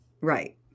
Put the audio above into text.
Right